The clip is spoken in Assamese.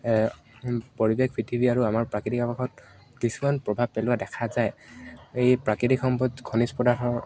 পৰিৱেশ পৃথিৱী আৰু আমাৰ প্ৰাকৃতিক আৱাসত কিছুমান প্ৰভাৱ পেলোৱা দেখা যায় এই প্ৰাকৃতিক সম্পদ ঘনজ পদাৰ্থৰ